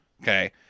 Okay